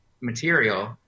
material